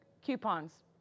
coupons